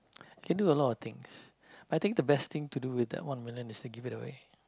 you can do a lot of things I think the best thing to do with that one million is to give it away